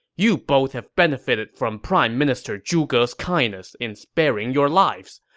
you both have benefitted from prime minister zhuge's kindness in sparing your lives,